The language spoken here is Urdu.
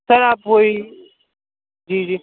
سر آپ وہی جی جی